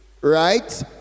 right